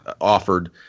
offered